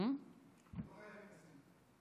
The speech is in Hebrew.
לא חייבים 20 דקות.